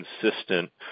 consistent